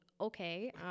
Okay